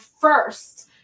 first